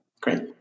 Great